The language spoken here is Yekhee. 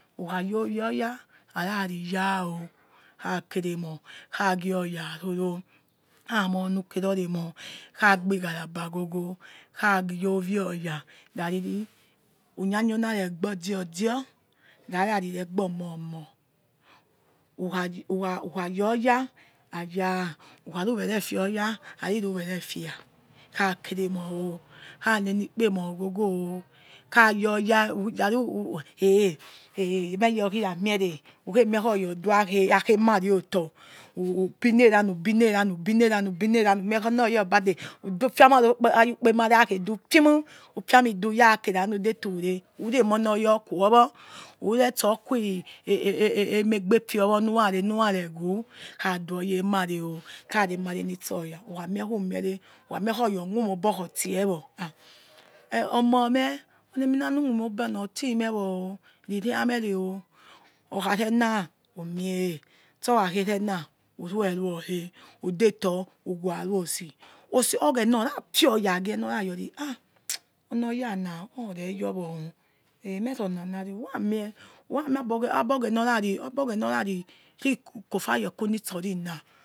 Ikha ya ovioya arari ya o kha kere emhi khaghi oya roro khamoi onu kerori emor kha gbi gharagba ghogho khaya ivio oya rari who yator na regbor idior dior rara ri regbor omomoh hukha hukha ya or ya aya ukha ru were fio oya aruru were fia kha kere emhi o kha neni kpemoe ghogho khayor ya ra ru eh ura mire uke mie oya odui akheu emere otor who who bi neranw ubinerqna ubinerana ubinerana umiekhi onor oya obade udufiamor ufiamudu ura kere anu radetor ure urei emoh onoroya okuowo uretso guie eh megbefe o or wo nurane nurare wu khaduoya emare o khare emere nitso ya who khamie who miere khoya omumobor khi otie wor omoh ha omomo meh oni emina numu mogbo na oti meh wor riria mere o okharena who mieh otora kherens who rue ror owore udetor who wari osi oso oghena orafio oya gie nor rayoi ha oni oyana oreyowo eh mhe ronanari who ra mie abor oghena orari oghena rari ri kotayo kum nitsorina